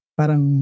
parang